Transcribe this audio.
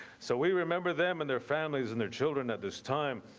so we remember them and their families and their children at this time.